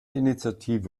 initiative